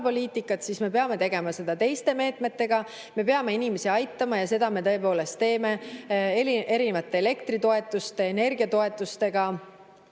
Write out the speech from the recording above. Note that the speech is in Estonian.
siis me peame tegema seda teiste meetmetega. Me peame inimesi aitama ja seda me tõepoolest teeme, [näiteks] erinevate elektritoetustega, energiatoetustega.